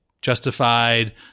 justified